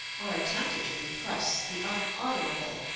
or attempted to repress, the unutterable,